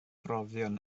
brofion